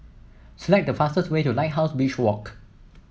select the fastest way to Lighthouse Beach Walk